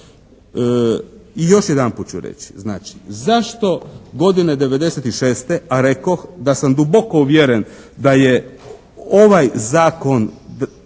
I još jedanput ću reći, znači zašto godine '96., a rekoh da sam duboko uvjeren da je ovaj Zakon